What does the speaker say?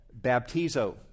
baptizo